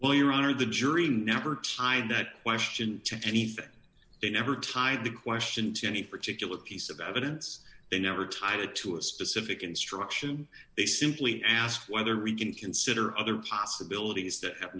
honor the jury never tied that question to anything they never tied the question to any particular piece of evidence they never tied it to a specific instruction they simply asked whether we can consider other possibilities that